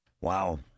Wow